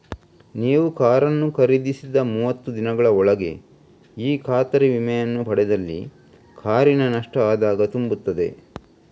ನೀವು ಕಾರನ್ನು ಖರೀದಿಸಿದ ಮೂವತ್ತು ದಿನಗಳ ಒಳಗೆ ಈ ಖಾತರಿ ವಿಮೆಯನ್ನ ಪಡೆದಲ್ಲಿ ಕಾರಿನ ನಷ್ಟ ಆದಾಗ ತುಂಬುತ್ತದೆ